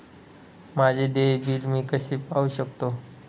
माझे देय बिल मी कसे पाहू शकतो?